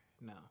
No